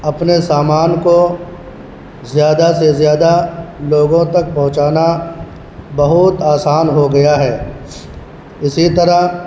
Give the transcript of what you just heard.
اپنے سامان کو زیادہ سے زیادہ لوگوں تک پہنچانا بہت آسان ہو گیا ہے اسی طرح